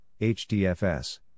HDFS